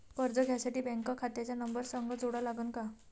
कर्ज घ्यासाठी बँक खात्याचा नंबर संग जोडा लागन का?